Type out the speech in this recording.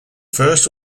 first